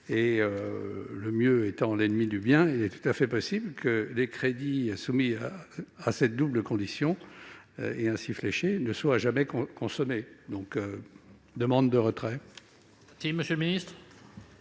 Le mieux étant l'ennemi du bien, il est alors tout à fait possible que les crédits soumis à cette double condition et ainsi fléchés ne soient jamais consommés. Par conséquent,